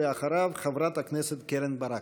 אחריו, חברת הכנסת קרן ברק.